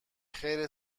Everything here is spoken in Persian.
خیر